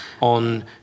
on